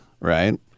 right